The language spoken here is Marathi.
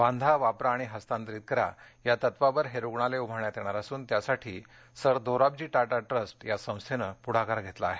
बांधा वापरा आणि हस्तांतरित करा या तत्त्वावर हे रुग्णालय उभारण्यात येणार असून त्यासाठी सर दोराबजी टाटा ट्रस्ट या संस्थेने पुढाकार घेतला आहे